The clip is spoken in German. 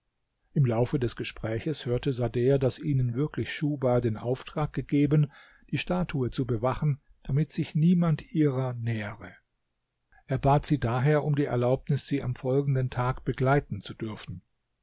im laufe des gespräches hörte sader daß ihnen wirklich schuhba den auftrag gegeben die statue zu bewachen damit sich niemand ihrer nähere er bat sie daher um die erlaube sie am folgenden tag begleiten zu dürfen